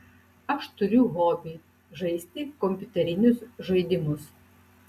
aš turiu hobį žaisti kompiuterinius žaidimus